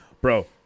bro